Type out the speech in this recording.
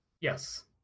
Yes